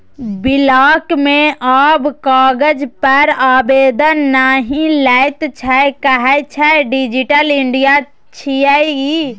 block मे आब कागज पर आवेदन नहि लैत छै कहय छै डिजिटल इंडिया छियै ई